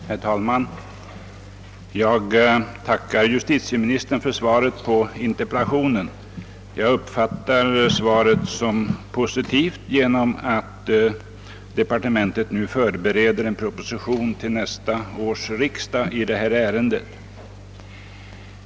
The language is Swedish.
Herr talman! Jag tackar justitieministern för svaret på interpellationen som jag betraktar som positivt, eftersom departementet nu förbereder en proposition till nästa års riksdag i ärendet.